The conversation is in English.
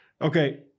Okay